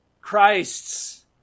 Christ's